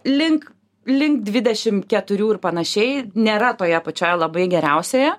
link link dvidešim keturių ir panašiai nėra toje pačioj labai geriausioje